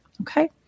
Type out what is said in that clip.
okay